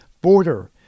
border